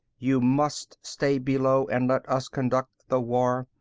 you must stay below and let us conduct the war.